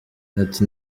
ati